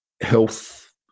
health